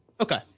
Okay